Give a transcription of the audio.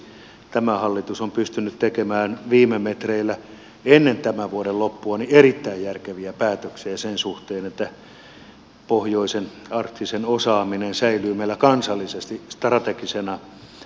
onneksi tämä hallitus on pystynyt tekemään viime metreillä ennen tämän vuoden loppua erittäin järkeviä päätöksiä sen suhteen että pohjoinen arktinen osaaminen säilyy meillä kansallisesti strategisena mahdollisuutena